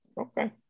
Okay